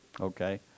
Okay